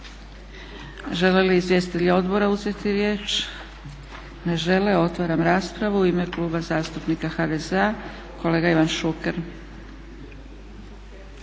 Žele li izvjestitelji odbora uzeti riječ? Ne žele. Otvaram raspravu. U ime Kluba zastupnika HDZ-a kolega Ivan Šuker.